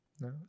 No